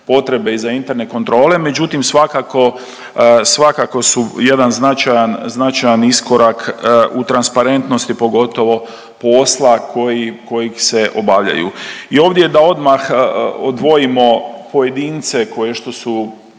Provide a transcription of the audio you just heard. i za interne kontrole. Međutim, svakako su jedan značajan iskorak u transparentnosti pogotovo posla kojeg se obavljaju. I ovdje da odmah odvojimo pojedince koje što su